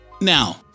Now